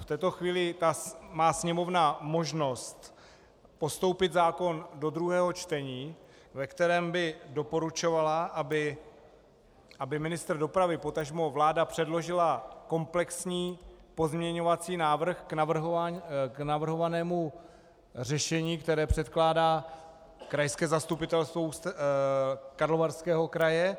V této chvíli má Sněmovna možnost postoupit zákon do druhého čtení, ve kterém by doporučovala, aby ministr dopravy, potažmo vláda, předložila komplexní pozměňovací návrh k navrhovanému řešení, které předkládá krajské Zastupitelstvo Karlovarského kraje.